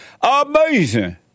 Amazing